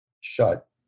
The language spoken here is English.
shut